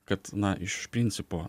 kad na iš principo